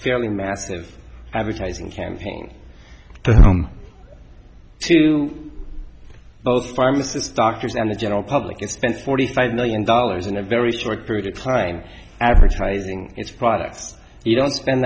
feeling massive advertising campaign to home too both pharmacists doctors and the general public just spent forty five million dollars in a very short period of time advertising its products you don't spend